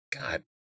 God